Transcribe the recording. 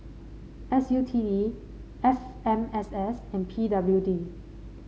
S U T D F M S S and P W D